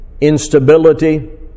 instability